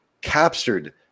captured